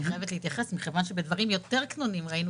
חייבת להתייחס מכיוון שבדברים יותר קטנים ראינו